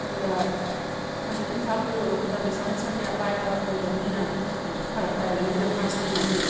ꯑꯗꯨꯒ ꯑꯩꯈꯣꯏꯅ ꯏꯝꯐꯥꯜ ꯐꯥꯎ ꯌꯧꯔꯛꯄꯗ ꯄꯩꯁꯥ ꯅꯨꯡꯁꯥ ꯀꯌꯥ ꯄꯥꯏꯕ ꯑꯣꯏꯗꯕꯅꯤꯅ ꯑꯗꯨ ꯐꯔꯛ ꯇꯥꯏ ꯂꯝꯕꯤ ꯂꯝꯈꯥꯡꯁꯨ ꯅꯨꯡꯉꯥꯏꯇꯦ